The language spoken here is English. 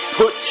put